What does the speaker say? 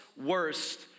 worst